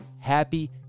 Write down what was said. happy